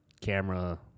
camera